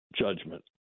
judgment